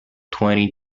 twenty